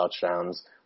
touchdowns